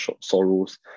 sorrows